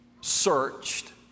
searched